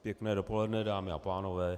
Pěkné dopoledne, dámy a pánové.